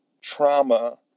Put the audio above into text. trauma